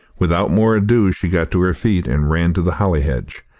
without more ado she got to her feet, and ran to the holly hedge.